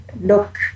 look